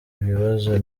ibibazo